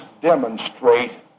demonstrate